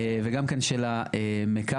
וגם של המקרקעין,